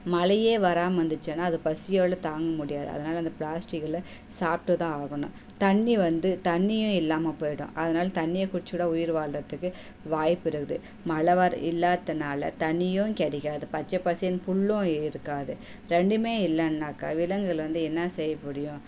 மலையே வராமருந்துச்சுன்னா அது பசியால் தாங்க முடியாது அதனால் அந்த ப்ளாஸ்டிக்கில் சாப்பிட்டுதான் ஆகணும் தண்ணி வந்து தண்ணியும் இல்லாமல் போயிடும் அதனால தண்ணியை குடிச்சிக்கூட உயிர் வாழ்ரத்துக்கு வாய்ப்புருக்குது மலை வர இல்லாத்துனால் தண்ணியும் கிடைக்காது பச்சை பசேல்னு புல்லும் இருக்காது ரெண்டுமே இல்லைனாக்கா விலங்குகள் வந்து என்ன செய்ய முடியும்